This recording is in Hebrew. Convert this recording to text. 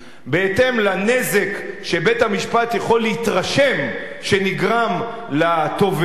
בהתאם לנזק שבית-המשפט יכול להתרשם שנגרם לתובע,